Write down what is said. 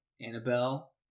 Annabelle